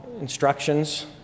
instructions